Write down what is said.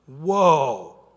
Whoa